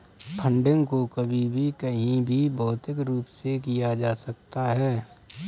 funding को कभी भी कहीं भी भौतिक रूप से किया जा सकता है